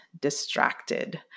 distracted